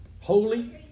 Holy